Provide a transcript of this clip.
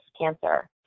cancer